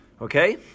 Okay